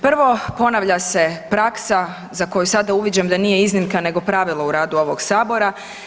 Prvo, ponavlja se praksa za koju sada uviđam da nije iznimka nego pravilo u radu ovog sabora.